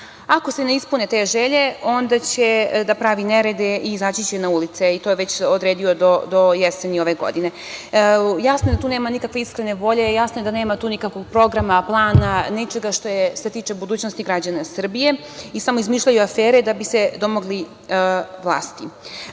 ako se ne ispune te želje, onda će da pravi nerede i izaći će na ulice, i to je već odredio do jeseni ove godine. Jasno je da tu nema nikakve iskrene volje, jasno je da nema tu nikakvog programa, plana, ničega što se tiče budućnosti građana Srbije. Samo izmišljaju afere da bi se domogli vlasti.Za